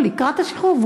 לקראת השחרור,